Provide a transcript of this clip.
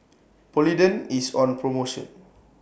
Polident IS on promotion